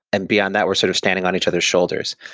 and beyond that, we're sort of standing on each other's shoulders.